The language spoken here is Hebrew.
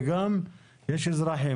יש אזרחים,